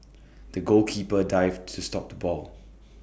the goalkeeper dived to stop the ball